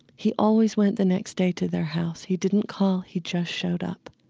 he always went the next day to their house. he didn't call he just showed up.